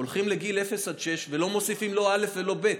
אנחנו הולכים לגיל אפס עד שש ולא מוסיפים לא א' ולא ב'.